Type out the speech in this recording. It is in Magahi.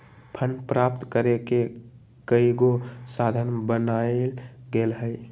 फंड प्राप्त करेके कयगो साधन बनाएल गेल हइ